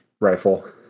rifle